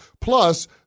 Plus